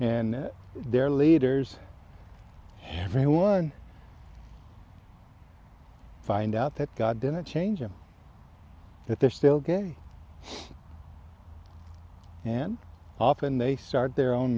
and their leaders everyone find out that god didn't change and that they're still gay and often they start their own